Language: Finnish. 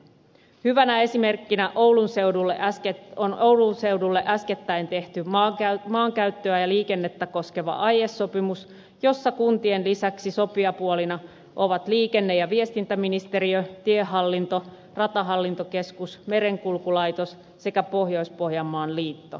hyvänä esimerkkinä on oulun seudulle äskettäin tehty maankäyttöä ja liikennettä koskeva aiesopimus jossa kuntien lisäksi sopijapuolina ovat liikenne ja viestintäministeriö tiehallinto ratahallintokeskus merenkulkulaitos sekä pohjois pohjanmaan liitto